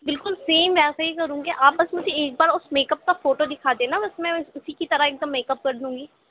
بالکل سیم ویسا ہی کروں گی آپ بس مجھے ایک بار اس میکپ کا فوٹو دکھا دینا بس میں اسی کی طرح ایک دم میکپ کر دوں گی